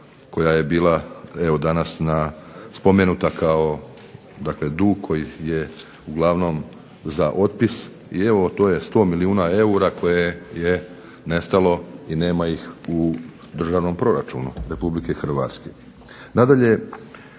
koja je bila evo danas na spomenuta kao dakle dug koji je uglavnom za otpis, i evo to je 100 milijuna eura koje je nestalo i nema ih u državnom proračunu Republike Hrvatske.